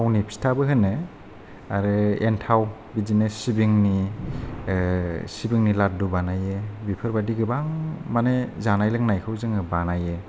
थावनि फिथाबो होनो आरो एनटाव बिदिनो सिबिंनि सिबिंनि लादु बानायो बिफोरबायदि गोबां मानि जानाय लोंनायखौ जोङो बानायो